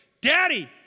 Daddy